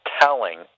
telling